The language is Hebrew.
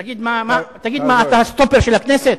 תגיד, מה אתה, הסטופר של הכנסת?